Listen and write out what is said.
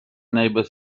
neighbour